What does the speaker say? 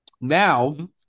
Now